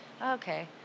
Okay